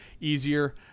easier